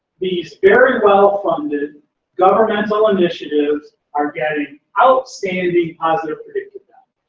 these very well-funded governmental initiatives are getting outstanding positive predictive